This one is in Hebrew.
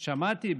שמעתי,